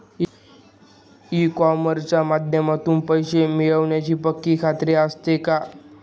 E कॉमर्सच्या माध्यमातून पैसे मिळण्याची पक्की खात्री असते का?